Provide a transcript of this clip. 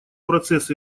процесс